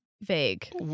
vague